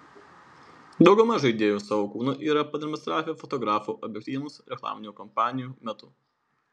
dauguma žaidėjų savo kūną yra pademonstravę fotografų objektyvams reklaminių kampanijų metu